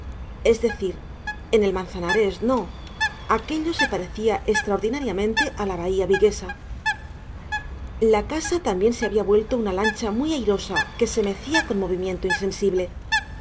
es decir en el manzanares no aquello se parecía extraordinariamente a la bahía viguesa la casa también se había vuelto una lancha muy airosa que se mecía con movimiento insensible